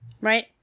right